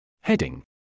Heading